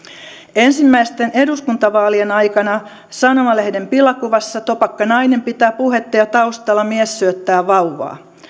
ensimmäisten eduskuntavaalien aikana sanomalehden pilakuvassa topakka nainen pitää puhetta ja taustalla mies syöttää vauvaa